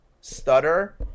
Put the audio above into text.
stutter